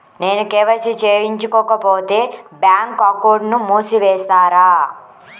నేను కే.వై.సి చేయించుకోకపోతే బ్యాంక్ అకౌంట్ను మూసివేస్తారా?